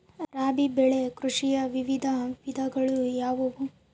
ರಾಬಿ ಬೆಳೆ ಕೃಷಿಯ ವಿವಿಧ ವಿಧಗಳು ಯಾವುವು?